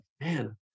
man